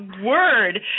word